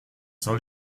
soll